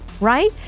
Right